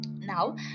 now